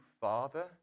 Father